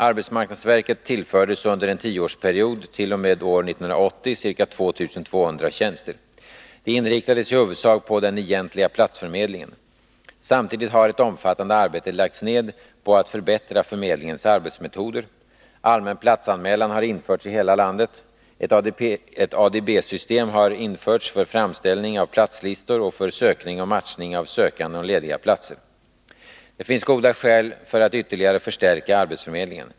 Arbetsmarknadsverket tillfördes under en tioårsperiod t.o.m. år 1980 ca 2 200 tjänster. De inriktades i huvudsak på den egentliga platsförmedlingen. Samtidigt har ett omfattande arbete lagts ned på att förbättra förmedlingens arbetsmetoder. Allmän platsanmälan har införts i hela landet. Ett ADB system har införts för framställning av platslistor och för sökning och matchning av sökande och lediga platser. Det finns goda skäl för att ytterligare förstärka arbetsförmedlingen.